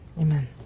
Amen